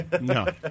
No